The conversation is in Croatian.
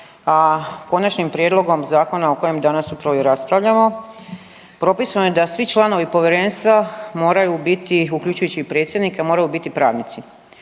a Konačnim prijedlogom Zakona o kojem danas upravo raspravljamo propisano je da svi članovi povjerenstva moraju biti uključujući i predsjednika, moraju biti pravnici.